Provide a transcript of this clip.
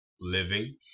living